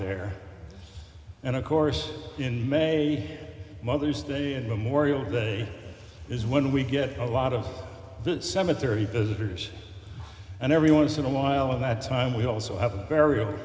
there and of course in may mother's day and memorial day is when we get a lot of the cemetery visitors and every once in a while of that time we also have a